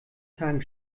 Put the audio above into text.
tagen